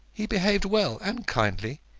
he behaved well and kindly.